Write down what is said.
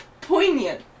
poignant